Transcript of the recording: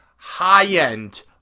high-end